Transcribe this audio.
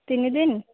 ତିନିଦିନ୍